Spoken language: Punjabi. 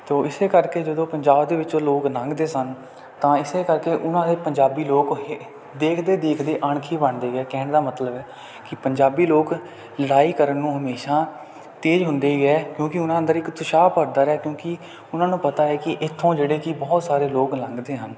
ਤੋ ਇਸ ਕਰਕੇ ਜਦੋਂ ਪੰਜਾਬ ਦੇ ਵਿੱਚੋਂ ਲੋਕ ਲੰਘਦੇ ਸਨ ਤਾਂ ਇਸ ਕਰਕੇ ਉਹਨਾਂ ਦੇ ਪੰਜਾਬੀ ਲੋਕ ਹੇ ਦੇਖਦੇ ਦੇਖਦੇ ਅਣਖੀ ਬਣਦੇ ਗਏ ਕਹਿਣ ਦਾ ਮਤਲਬ ਹੈ ਕਿ ਪੰਜਾਬੀ ਲੋਕ ਲੜਾਈ ਕਰਨ ਨੂੰ ਹਮੇਸ਼ਾ ਤੇਜ਼ ਹੁੰਦੇ ਗਏ ਕਿਉਂਕਿ ਉਹਨਾਂ ਅੰਦਰ ਇੱਕ ਉਤਸ਼ਾਹ ਭਰਦਾ ਰਿਹਾ ਕਿਉਂਕਿ ਉਹਨਾਂ ਨੂੰ ਪਤਾ ਹੈ ਕਿ ਇੱਥੋਂ ਜਿਹੜੇ ਕਿ ਬਹੁਤ ਸਾਰੇ ਲੋਕ ਲੰਘਦੇ ਹਨ